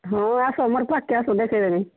ହଁ ଆସ ମୋର୍ ପଖକେ୍ ଆସ ଦେଖେଇ ଦେବି